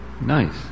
Nice